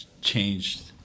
changed